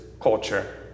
culture